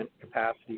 capacity